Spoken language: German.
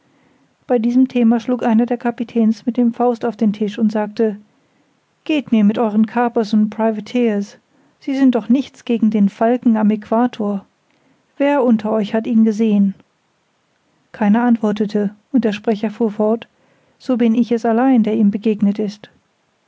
bei diesem thema schlug einer der kapitäns mit der faust auf den tisch und sagte geht mir mit euren kapers und privateers sie alle sind doch nichts gegen den falken am aequator wer unter euch hat ihn gesehen keiner antwortete und der sprecher fuhr fort so bin ich es allein der ihm begegnet ist